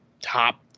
top